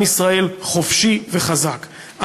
עם ישראל חופשי וחזק,